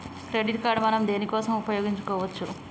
Credit card మనం దేనికోసం ఉపయోగించుకోవచ్చు?